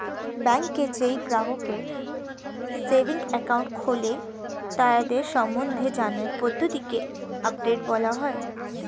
ব্যাংকে যেই গ্রাহকরা সেভিংস একাউন্ট খোলে তাদের সম্বন্ধে জানার পদ্ধতিকে আপডেট বলা হয়